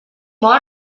mor